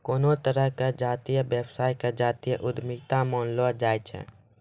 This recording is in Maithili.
कोनो तरहो के जातीय व्यवसाय के जातीय उद्यमिता मानलो जाय छै